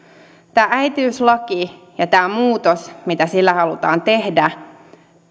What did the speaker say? tämä äitiyslaki ja tämä muutos mitä sillä halutaan tehdä